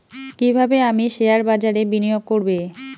কিভাবে আমি শেয়ারবাজারে বিনিয়োগ করবে?